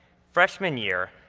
freshman year,